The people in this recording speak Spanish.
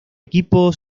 equipo